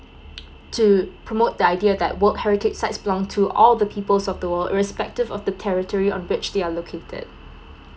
to promote the idea that work heritage sites belong to all the peoples of the world respective of the territory on which they are located